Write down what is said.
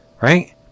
right